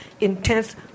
intense